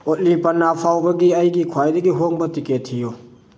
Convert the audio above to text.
ꯑꯣꯂꯤ ꯄꯠꯅꯥ ꯐꯥꯎꯕꯒꯤ ꯑꯩꯒꯤ ꯈ꯭ꯋꯥꯏꯗꯒꯤ ꯍꯣꯡꯕ ꯇꯤꯀꯦꯠ ꯊꯤꯌꯨ